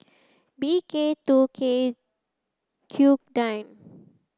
B K two K Q ten